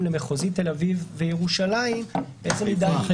למחוזי תל אביב וירושלים --- חיפה.